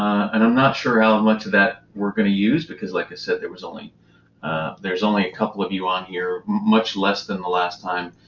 and i'm not sure how much of that we're going to use, because like i've said, there's only there's only a couple of you on here. much less than the last time,